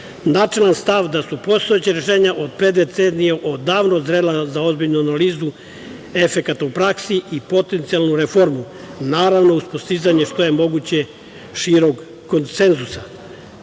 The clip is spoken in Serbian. načelan stav da su postojeća rešenja od pre decenije odavno zrela za ozbiljnu analizu efekata u praksi i potencijalnu reformu, a uz postizanje što je moguće šireg konsenzusa. Verujem